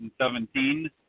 2017